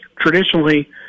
traditionally